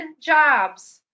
jobs